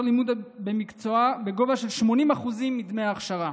לימוד המקצוע בגובה של 80% מדמי ההכשרה.